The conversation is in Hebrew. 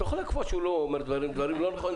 את לא יכולה להגיד שהוא אומר דברים לא נכונים.